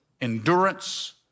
endurance